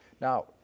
Now